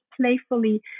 playfully